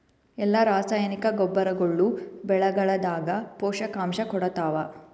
ಎಲ್ಲಾ ರಾಸಾಯನಿಕ ಗೊಬ್ಬರಗೊಳ್ಳು ಬೆಳೆಗಳದಾಗ ಪೋಷಕಾಂಶ ಕೊಡತಾವ?